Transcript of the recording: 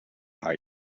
height